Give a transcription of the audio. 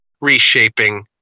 reshaping